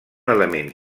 element